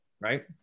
right